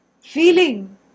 feeling